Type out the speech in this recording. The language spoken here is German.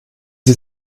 sie